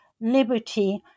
liberty